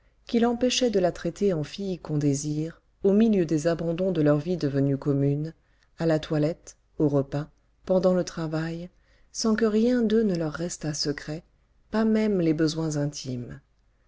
qui l'empêchait de la traiter en fille qu'on désire au milieu des abandons de leur vie devenue commune à la toilette aux repas pendant le travail sans que rien d'eux ne leur restât secret pas même les besoins intimes